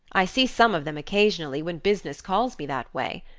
i see some of them occasionally, when business calls me that way.